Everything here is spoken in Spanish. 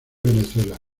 venezuela